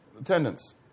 attendance